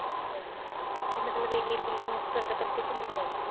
ਅੱਛਾ ਜੀ ਵੀ ਮਤਲਬ ਇਹ ਮੇਲਾ ਮੁਕਤਸਰ ਦਾ ਪ੍ਰਸਿੱਧ ਮੇਲਾ ਜੀ